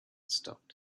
stopped